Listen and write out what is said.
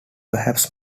perhaps